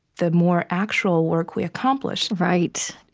the more actual work we accomplish right.